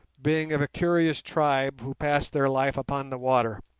being of a curious tribe who pass their life upon the water,